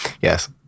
Yes